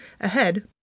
ahead